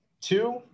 Two